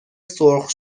سرخ